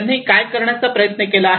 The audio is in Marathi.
त्यांनी काय करण्याचा प्रयत्न केला आहे